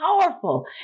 powerful